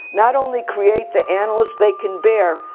not only create the analyst they can bare,